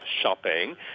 shopping